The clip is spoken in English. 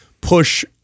push